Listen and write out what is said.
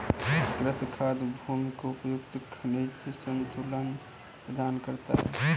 कृमि खाद भूमि को उपयुक्त खनिज संतुलन प्रदान करता है